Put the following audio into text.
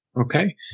Okay